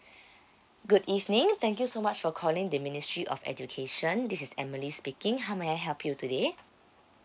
good evening thank you so much for calling the ministry of education this is emily speaking how may I help you today